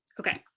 okay.